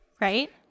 Right